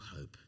hope